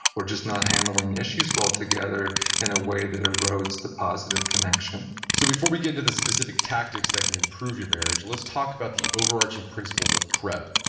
or just not handling issues well together in a way that erodes the positive connection so, before we get into the specific tactics that can improve your marriage, let's talk about the overarching principles of prep.